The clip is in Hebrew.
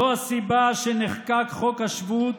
זו הסיבה לכך שנחקק חוק השבות,